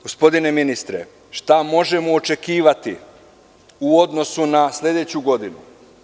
Gospodine ministre, šta možemo očekivati u odnosu na sledeću godinu?